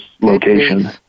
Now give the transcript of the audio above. location